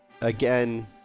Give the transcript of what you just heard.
again